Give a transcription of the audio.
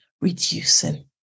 reducing